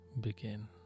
begin